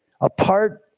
Apart